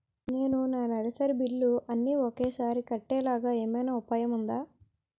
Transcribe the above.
నేను నా నెలసరి బిల్లులు అన్ని ఒకేసారి కట్టేలాగా ఏమైనా ఉపాయం ఉందా?